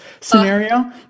scenario